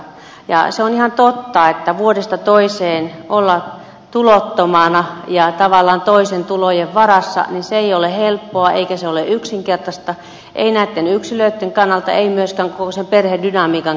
se on ihan totta että vuodesta toiseen olla tulottomana ja tavallaan toisen tulojen varassa ei ole helppoa eikä se ole yksinkertaista ei näitten yksilöitten kannalta ei myöskään koko sen perhedynamiikan kannalta